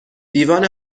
دیوان